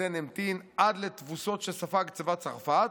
פטן המתין עד לתבוסות שספג צבא צרפת,